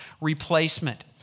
replacement